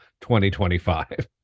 2025